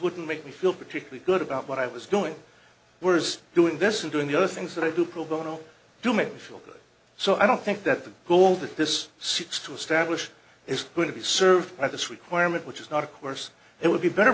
wouldn't make me feel particularly good about what i was doing were doing this and doing the other things that i do pro bono do make me feel good so i don't think that the school that this six to establish is going to be served by this requirement which is not of course it would be better